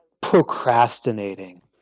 procrastinating